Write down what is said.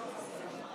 חבר